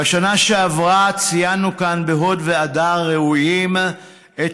בשנה שעברה ציינו כאן בהוד והדר ראויים את